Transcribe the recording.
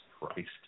Christ